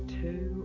two